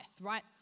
right